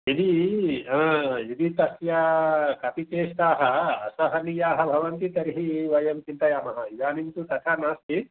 यदि यदि तस्य कपिचेष्टाः असहानीयाः भवन्ति तर्हि वयं चिन्तयामः इदानीं तु तथा नास्ति